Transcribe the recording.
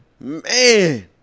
Man